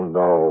no